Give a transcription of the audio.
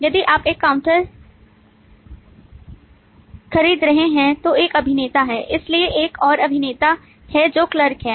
यदि आप एक काउंटर खरीद रहे हैं तो एक अभिनेता है इसलिए एक और अभिनेता है जो क्लर्क है